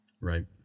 Right